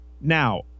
Now